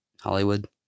hollywood